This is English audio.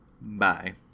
Bye